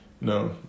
no